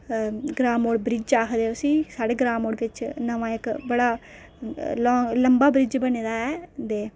ग्रां मोड़ ब्रिज आखदे उसी साढ़े ग्रां मोड़ बिच इक बडा लांग लंबा ब्रिज बने दा ऐ